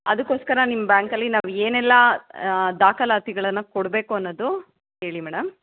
ಅದಕ್ಕೋಸ್ಕರ ನಿಮ್ಮ ಬ್ಯಾಂಕಲ್ಲಿ ನಾವು ಏನೆಲ್ಲ ದಾಖಲಾತಿಗಳನ್ನು ಕೊಡಬೇಕು ಅನ್ನೋದು ಹೇಳಿ ಮೇಡಮ್